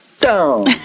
down